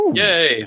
yay